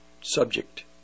subject